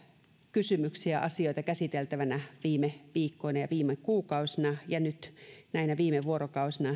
kysymyksiä ja asioita käsiteltävänä viime viikkoina ja viime kuukausina ja nyt näinä viime vuorokausina